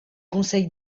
conseil